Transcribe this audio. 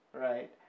right